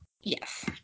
Yes